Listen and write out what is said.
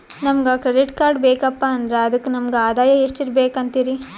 ನಮಗ credit card ಬೇಕಪ್ಪ ಅಂದ್ರ ಅದಕ್ಕ ನಮಗ ಆದಾಯ ಎಷ್ಟಿರಬಕು ಅಂತೀರಿ?